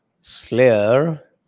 slayer